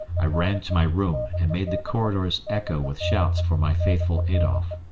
i ran to my room and made the corridors echo with shouts for my faithful adolf.